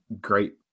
great